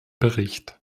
bericht